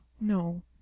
No